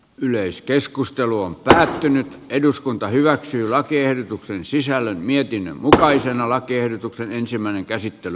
yleiskeskustelu on pysähtynyt ennen kuin ne ovat kerenneet kunnolla kunnan kassassa käydäkään